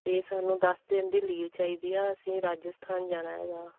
ਅਤੇ ਸਾਨੂੰ ਦਸ ਦਿਨ ਦੀ ਲੀਵ ਚਾਹੀਦੀ ਆ ਅਸੀਂ ਰਾਜਸਥਾਨ ਜਾਣਾ ਹੈਗਾ